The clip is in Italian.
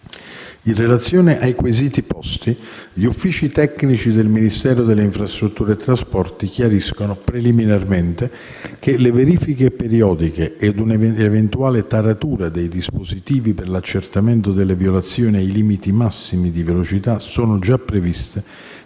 in relazione ai quesiti posti, gli uffici tecnici del Ministero delle infrastrutture e dei trasporti chiariscono, preliminarmente, che le verifiche periodiche e l'eventuale taratura dei dispositivi per l'accertamento delle violazioni ai limiti massimi di velocità sono già previste,